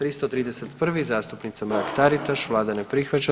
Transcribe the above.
331. zastupnica Mrak Taritaš, Vlada ne prihvaća.